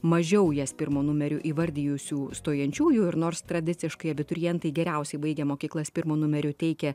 mažiau jas pirmu numeriu įvardijusių stojančiųjų ir nors tradiciškai abiturientai geriausiai baigę mokyklas pirmu numeriu teikia